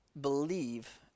believe